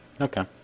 Okay